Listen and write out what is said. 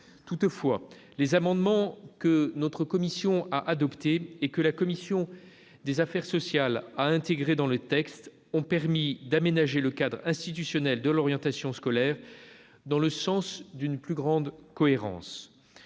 Toutefois, les amendements que notre commission a adoptés, et que la commission des affaires sociales a intégrés dans le texte, ont permis d'aménager le cadre institutionnel de l'orientation scolaire dans le sens d'une plus grande cohérence.